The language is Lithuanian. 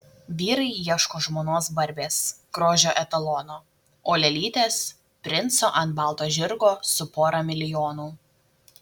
vyrai ieško žmonos barbės grožio etalono o lėlytės princo ant balto žirgo su pora milijonų